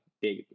big